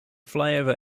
flyover